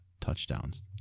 touchdowns